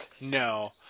No